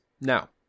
Now